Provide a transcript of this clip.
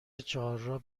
چهارراه